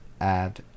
add